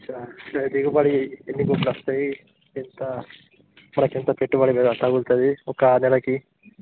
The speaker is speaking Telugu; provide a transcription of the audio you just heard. వచ్చ్చే దిగుబడి ఎన్ని గుడ్లు వస్తాయి ఎంత మనకి ఎంత పెట్టుబడి మీద తగులుతుంది ఒక నెలకి